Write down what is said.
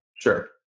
sure